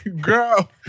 Girl